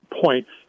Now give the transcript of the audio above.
points